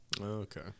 Okay